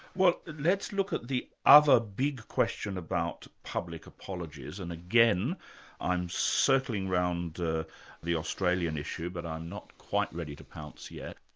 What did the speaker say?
well let's look at the other big question about public apologies and again i'm circling around the the australian issue but i'm not quite ready to pounce yet.